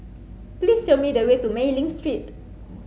please show me the way to Mei Ling Street